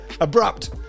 Abrupt